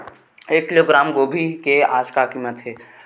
एक किलोग्राम गोभी के आज का कीमत हे?